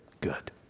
good